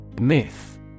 Myth